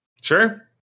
Sure